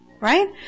Right